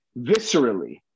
viscerally